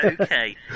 Okay